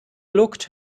looked